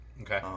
Okay